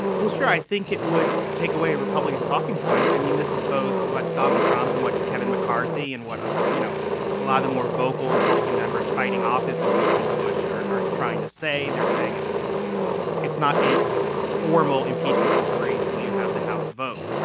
well sure i think it would take away a republican talking point. i mean this is both what donald trump and what kevin mccarthy and what ah you know a lot of the more vocal republican members fighting off this impeachment push or are trying to say they're saying it's it's not a formal impeachment inquiry until you have the house vote.